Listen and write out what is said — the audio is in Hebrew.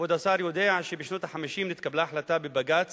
כבוד השר יודע שבשנות ה-50 נתקבלה החלטה בבג"ץ